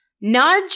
nudge